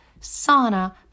sauna